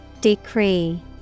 Decree